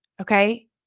Okay